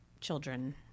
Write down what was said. children